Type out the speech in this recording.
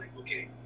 okay